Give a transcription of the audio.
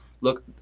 Look